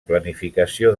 planificació